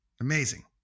amazing